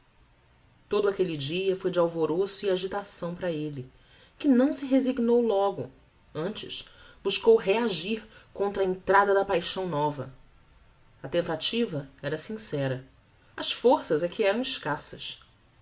todo aquelle dia foi de alvoroço e agitação para elle que não se resignou logo antes buscou reagir contra a entrada da paixão nova a tentativa era sincera as forças é que eram escassas